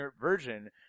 version